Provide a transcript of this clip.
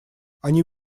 они